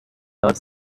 are